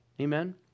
Amen